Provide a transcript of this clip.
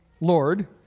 Lord